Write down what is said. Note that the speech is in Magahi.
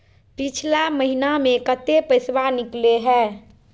पिछला महिना मे कते पैसबा निकले हैं?